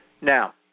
Now